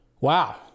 wow